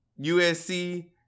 USC